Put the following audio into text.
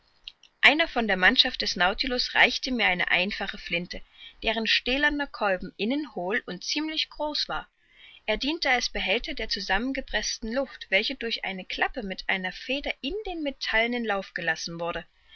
einer von der mannschaft des nautilus reichte mir eine einfache flinte deren stählerner kolben innen hohl und ziemlich groß war er diente als behälter der zusammengepreßten luft welche durch eine klappe mit einer feder in den metallenen lauf gelassen wurde